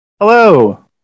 Hello